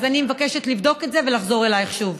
אז אני מבקשת לבדוק את זה ולחזור אלייך שוב.